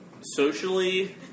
socially